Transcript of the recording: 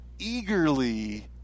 eagerly